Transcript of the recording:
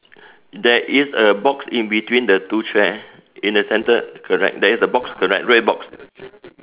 there is a box in between the two chair in the centre correct there is a box correct red box